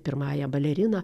pirmąja balerina